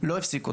לא הפסיק אותו,